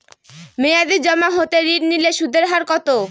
মেয়াদী জমা হতে ঋণ নিলে সুদের হার কত?